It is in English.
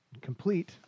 complete